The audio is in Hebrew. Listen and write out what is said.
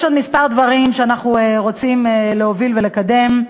יש עוד כמה דברים שאנחנו רוצים להוביל ולקדם.